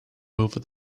over